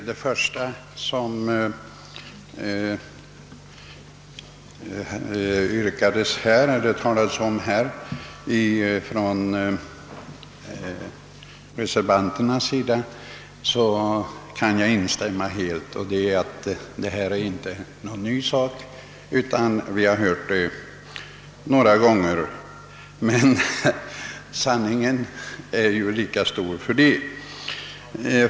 Herr talman! Som herr Bengtsson i Varberg framhöll är detta inte någon ny fråga, men den sanning den innehåller är lika stor ändå.